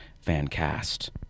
fan-cast